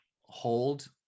hold